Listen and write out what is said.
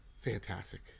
fantastic